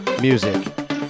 music